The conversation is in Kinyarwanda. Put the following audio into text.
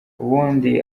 ubundi